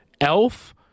Elf